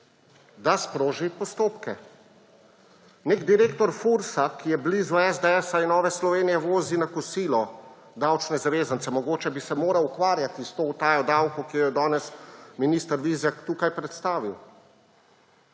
da sproži postopke. Nek direktor Fursa, ki je blizu SDS in Nove Slovenije, vozi na kosilo davčne zavezance. Mogoče bi se moral ukvarjati s to utajo davkov, ki jo je danes minister Vizjak tukaj predstavil.